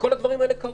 וכל הדברים האלה קרו.